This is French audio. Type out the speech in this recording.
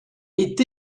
est